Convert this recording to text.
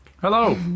Hello